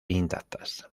intactas